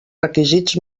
requisits